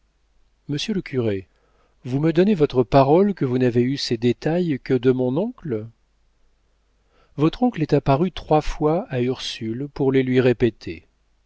monsieur le curé vous me donnez votre parole que vous n'avez eu ces détails que de mon oncle votre oncle est apparu trois fois à ursule pour les lui répéter